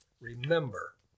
Remember